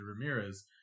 Ramirez